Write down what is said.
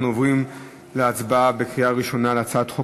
אנחנו עוברים להצבעה בקריאה ראשונה על הצעת חוק